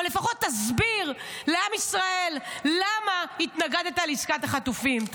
או לפחות תסביר לעם ישראל למה התנגדת לעסקת החטופים.